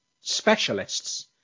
specialists